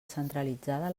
centralitzada